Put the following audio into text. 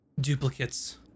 duplicates